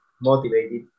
motivated